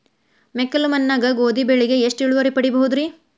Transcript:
ಮೆಕ್ಕಲು ಮಣ್ಣಾಗ ಗೋಧಿ ಬೆಳಿಗೆ ಎಷ್ಟ ಇಳುವರಿ ಪಡಿಬಹುದ್ರಿ?